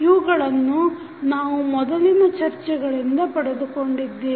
ಇವುಗಳನ್ನು ನಾವು ಮೊದಲಿನ ಚರ್ಚೆಗಳಿಂದ ಪಡೆದುಕೊಂಡಿದ್ದೇವೆ